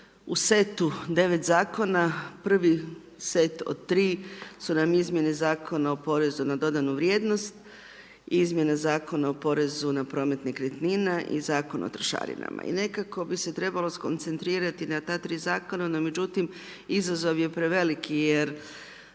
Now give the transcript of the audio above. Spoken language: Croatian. U setu 9 zakona prvi set od tri su nam Izmjene zakona o porezu na dodanu vrijednost, Izmjene zakona o porezu na promet nekretnina i Zakon o trošarinama. I nekako bi se trebalo skoncentrirati na ta tri zakona, no međutim izazov je prevelik jer